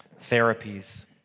therapies